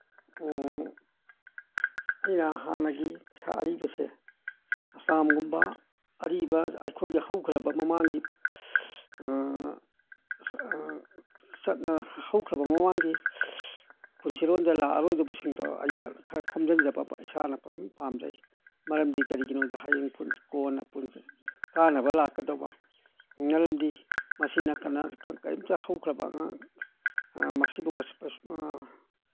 ꯑꯩꯅ ꯍꯥꯟꯅꯒꯤ ꯁꯥ ꯑꯔꯤꯕꯁꯦ ꯑꯁꯂꯥꯝꯒꯨꯝꯕ ꯑꯔꯤꯕ ꯑꯩꯈꯣꯏꯒꯤ ꯍꯧꯈ꯭ꯔꯕ ꯃꯃꯥꯡꯒꯤ ꯍꯧꯈ꯭ꯔꯕ ꯃꯃꯥꯡꯒꯤ ꯄꯨꯟꯁꯤꯔꯣꯟꯗ ꯂꯥꯛꯑꯔꯣꯏꯗꯕꯁꯤꯡꯗ ꯑꯩꯅ ꯈꯔ ꯈꯣꯝꯖꯟꯖꯕ ꯏꯁꯥꯅ ꯄꯥꯝꯖꯩ ꯃꯔꯝꯗꯤ ꯀꯔꯤꯒꯤꯅꯣꯗ ꯍꯌꯦꯡ ꯀꯣꯟꯅ ꯀꯥꯟꯅꯕ ꯂꯥꯛꯀꯗꯧꯕ ꯃꯔꯝꯗꯤ ꯃꯁꯤꯅ ꯀꯩꯝꯇ ꯍꯧꯈ꯭ꯔꯕ ꯃꯁꯤꯕꯨ